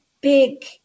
big